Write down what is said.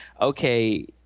okay